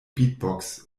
beatbox